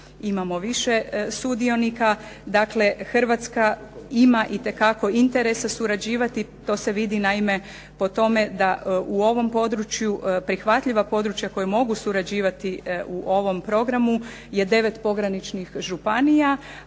imamo više sudionika, dakle Hrvatska ima itekako interesa surađivati. To se vidi naime po tome da u ovom području prihvatljiva područja koja mogu surađivati u ovom programu je devet pograničnih županija,